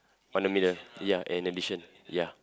on the middle ya an addition ya